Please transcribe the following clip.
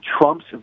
Trump's